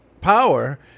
power